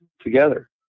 together